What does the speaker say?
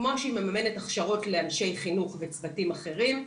כמו שהיא מממנת הכשרות לאנשי חינוך וצוותים אחרים.